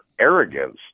arrogance